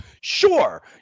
Sure